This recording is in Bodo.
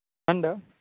मा होन्दों